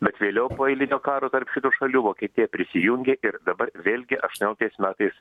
bet vėliau po eilinio karo tarp šitų šalių vokietija prisijungė ir dabar vėlgi aštuonioliktais metais